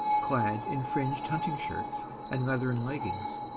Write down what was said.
clad in fringed hunting-shirts and leathern leggings,